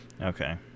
Okay